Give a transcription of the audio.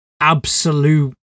absolute